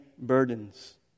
burdens